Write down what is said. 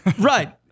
Right